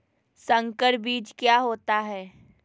संकर बीज क्या होता है?